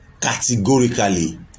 categorically